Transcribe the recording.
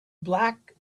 black